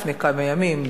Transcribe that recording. לפני כמה ימים,